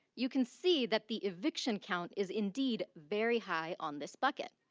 you can see that the eviction count is indeed very high on this bucket.